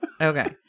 Okay